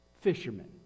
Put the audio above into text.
fishermen